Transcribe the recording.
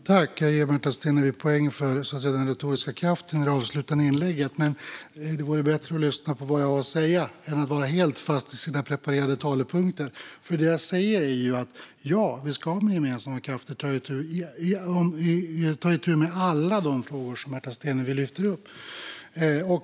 Fru talman! Jag ger Märta Stenevi poäng för den retoriska kraften i det avslutande inlägget. Men det vore bättre att lyssna på vad jag har att säga än att vara helt fast i sina preparerade talepunkter. Det jag säger är att vi med gemensamma krafter ska ta itu med alla de frågor som Märta Stenevi lyfter upp.